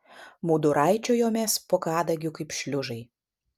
mudu raičiojomės po kadugiu kaip šliužai